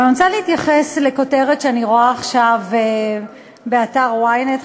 אבל אני רוצה להתייחס לכותרת שאני רואה עכשיו באתר ynet,